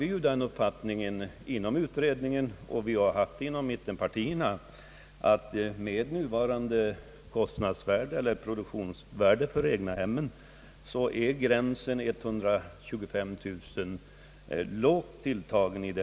Vi har inom utredningen och även inom mittenpariierna haft den uppfattningen att gränsen vid 125 000 kronor med hänsyn till nuvarande produktionskostnader är lågt tilltagen.